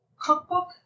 cookbook